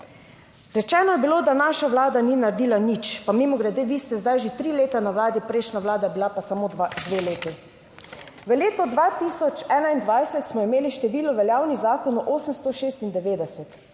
Rečeno je bilo, da naša vlada ni naredila nič. Pa mimogrede, vi ste zdaj že tri leta na vladi, prejšnja vlada je bila pa samo dve leti. V letu 2021 smo imeli število veljavnih zakonov 896,